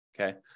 Okay